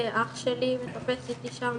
כן, אח שלי מטפס איתי שם.